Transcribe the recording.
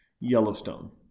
Yellowstone